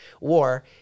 war